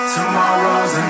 Tomorrow's